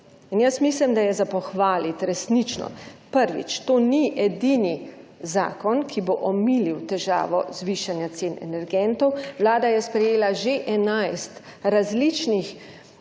In jaz mislih, da gre to pohvaliti, resnično. Prvič, to ni edini zakon, ki bo omilil težavo zvišanja cen energentov, Vlada je sprejela že enajst različnih